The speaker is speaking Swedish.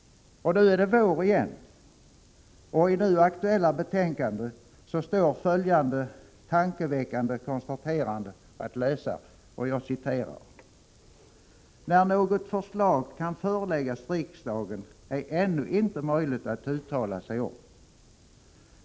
Nu är det vår igen, och i nu aktuella betänkande står följande tankeväckande konstaterande att läsa: ”När något förslag kan föreläggas riksdagen är ännu inte möjligt att uttala sig om.